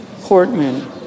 Portman